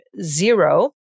zero